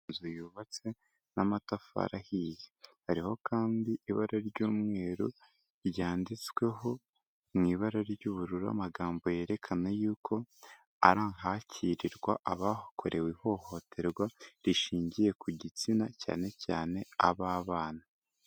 Inzu yubatse n'amatafari ahiye, hariho kandi ibara ry'umweru ryanditsweho mu ibara ry'ubururu amagambo yerekana yuko ari ahakirirwa abakorewe ihohoterwa rishingiye ku gitsina cyane cyane ab'abana.